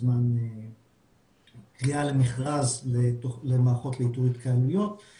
ביחס למאגר מטופלי רווחה או מאגר פונים